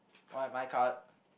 alright my card